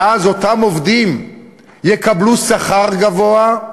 ואז אותם עובדים יקבלו שכר גבוה,